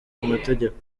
mategeko